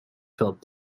felt